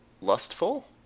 lustful